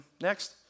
next